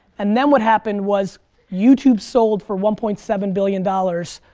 and then what happened was youtube sold for one point seven billion dollars,